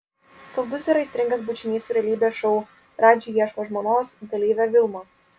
saldus ir aistringas bučinys su realybės šou radži ieško žmonos dalyve vilma